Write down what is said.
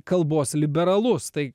kalbos liberalus tai